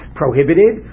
prohibited